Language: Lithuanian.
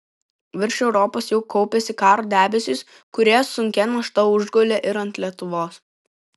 virš europos jau kaupėsi karo debesys kurie sunkia našta užgulė ir ant lietuvos